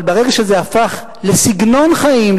אבל ברגע שזה הפך לסגנון חיים,